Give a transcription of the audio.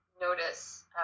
notice